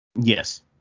Yes